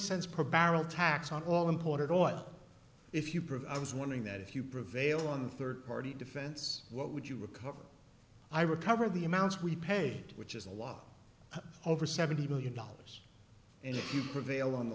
cents per barrel tax on all imported oil if you prefer i was wondering that if you prevail on the third party defense what would you recover i recover the amounts we paid which is a law over seventy million dollars and if you prevail on